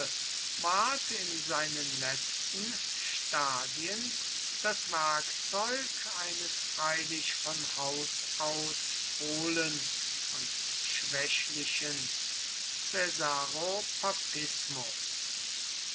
in seinen letzten stadien das werkzeug eines freilich von haus aus hohlen und schwächlichen